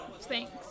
Thanks